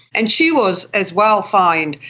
and she was as well fined.